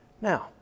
Now